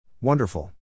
Wonderful